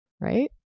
Right